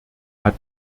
hat